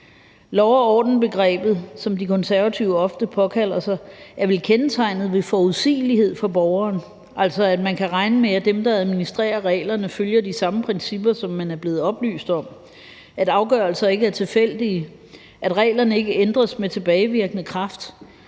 lov- og orden, som De Konservative ofte påkalder sig, er vel kendetegnet ved forudsigelighed for borgeren, altså at man kan regne med, at dem, der administrerer reglerne, følger de samme principper, som man blevet oplyst om, at afgørelser ikke er tilfældige, at reglerne ikke ændres med tilbagevirkende kraft,